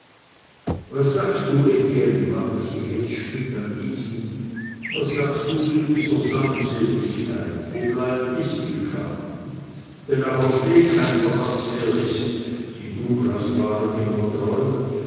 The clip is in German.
was sagst du etienne wandte sich jetzt schmidt an diesen was sagst du zu dieser saumseligkeit wo bleibt distelkamp wenn auch auf den kein verlaß mehr ist die douglas waren immer treu